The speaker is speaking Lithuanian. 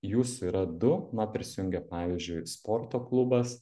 jūsų yra du na prisijungia pavyzdžiui sporto klubas